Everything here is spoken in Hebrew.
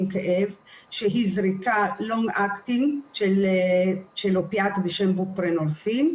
כאב שהיא זריקת long acting של אופיאט בשם וופרנורפין,